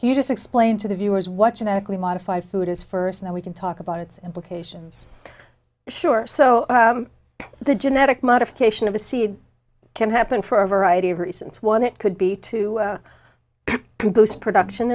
do you just explain to the viewers watching actually modified food is first that we can talk about its implications sure so the genetic modification of a seed can happen for a variety of reasons one it could be to boost production